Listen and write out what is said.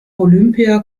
olympia